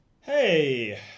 Hey